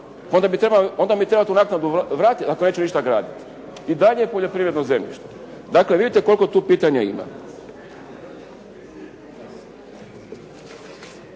ako neću ništa graditi ako neću ništa graditi. I dalje je poljoprivredno zemljište. Dakle vidite koliko tu pitanja ima.